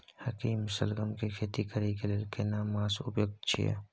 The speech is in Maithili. हाकीम सलगम के खेती करय के लेल केना मास उपयुक्त छियै?